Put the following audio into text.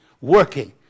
working